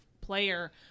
player